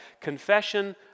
confession